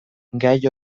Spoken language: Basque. gai